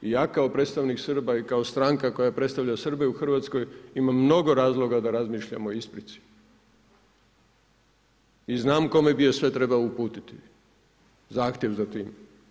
I ja kao predstavnik Srba i kao stranka koja predstavlja Srbe u Hrvatskoj ima mnogo razloga da razmišljamo o isprici i znam kome bi je sve trebalo uputiti, zahtjev za tim.